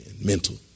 mental